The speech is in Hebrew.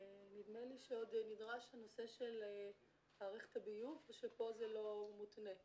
נדמה לי שעוד נדרש הנושא של מערכת הביוב או שפה זה לא מותנה.